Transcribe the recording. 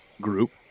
group